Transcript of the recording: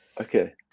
okay